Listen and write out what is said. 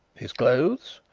his clothes?